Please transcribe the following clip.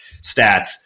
stats